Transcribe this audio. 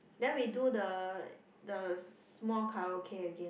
then we do the the small karaoke again